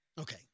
Okay